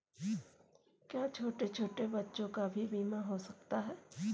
क्या छोटे छोटे बच्चों का भी बीमा हो सकता है?